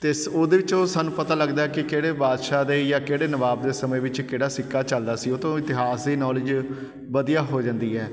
ਅਤੇ ਸ ਉਹਦੇ ਵਿੱਚੋਂ ਸਾਨੂੰ ਪਤਾ ਲੱਗਦਾ ਕਿ ਕਿਹੜੇ ਬਾਦਸ਼ਾਹ ਦੇ ਜਾਂ ਕਿਹੜੇ ਨਵਾਬ ਦੇ ਸਮੇਂ ਵਿੱਚ ਕਿਹੜਾ ਸਿੱਕਾ ਚੱਲਦਾ ਸੀ ਉਹ ਤੋਂ ਇਤਿਹਾਸ ਦੀ ਨੌਲੇਜ ਵਧੀਆ ਹੋ ਜਾਂਦੀ ਹੈ